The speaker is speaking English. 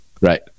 right